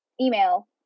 Email